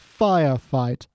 firefight